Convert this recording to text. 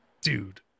Dude